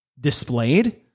Displayed